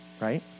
right